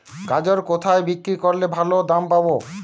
গাজর কোথায় বিক্রি করলে ভালো দাম পাব?